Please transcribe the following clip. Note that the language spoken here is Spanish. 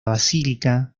basílica